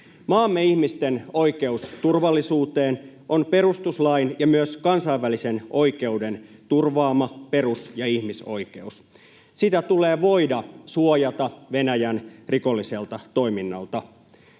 Maamme ihmisten oikeus turvallisuuteen on perustuslain ja myös kansainvälisen oikeuden turvaama perus- ja ihmisoikeus. Sitä tulee voida suojata Venäjän rikolliselta toiminnalta.